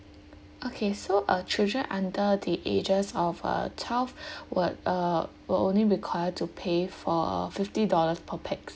okay so uh children under the ages of uh twelve will uh will only required to pay for fifty dollars per pax